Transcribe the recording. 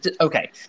okay